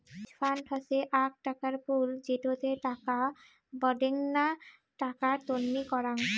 hedge fund হসে আক টাকার পুল যেটোতে টাকা বাডেনগ্না টাকা তন্নি করাং